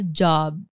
job